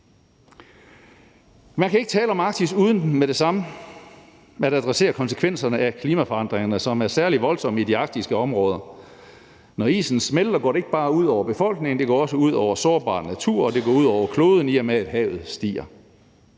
Man kan ikke tale om Arktis uden med det samme at adressere konsekvenserne af klimaforandringerne, som er særlig voldsomme i de arktiske områder. Når isen smelter, går det ikke bare ud over befolkningen; det går også ud over sårbar natur, og det går ud over kloden, i og med at havet stiger.